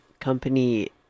company